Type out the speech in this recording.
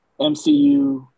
MCU